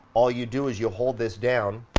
all you do is you hold this down,